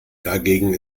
dagegen